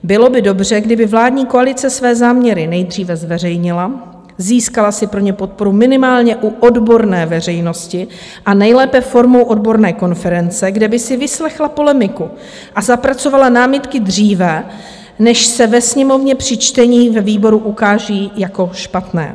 Bylo by dobře, kdyby vládní koalice své záměry nejdříve zveřejnila, získala si pro ně podporu minimálně u odborné veřejnosti a nejlépe formou odborné konference, kde by si vyslechla polemiku a zapracovala námitky dříve, než se ve Sněmovně při čtení ve výboru ukážou jako špatné.